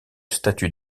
statues